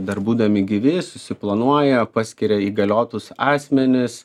dar būdami gyvi susiplanuoja paskiria įgaliotus asmenis